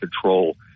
control